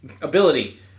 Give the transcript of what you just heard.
ability